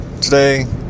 today